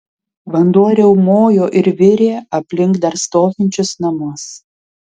vanduo riaumojo ir virė aplink dar stovinčius namus